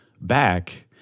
back